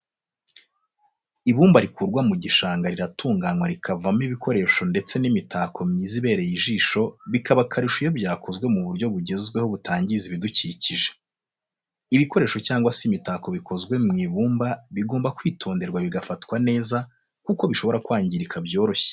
Ibumba rikurwa mu gishanga riratunganywa rikavamo ibikoresho ndetse n'imitako myiza ibereye ijisho bikaba akarusho iyo byakozwe mu buryo bugezweho butangiza ibidukikije. ibikoresho cyangwa se imitako bikozwe mu ibumba bigomba kwitonderwa bigafatwa neza kuko bishobora kwangirika byoroshye.